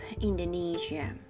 Indonesia